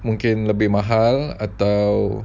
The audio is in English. mungkin lebih mahal atau